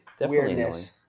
weirdness